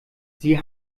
sie